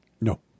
No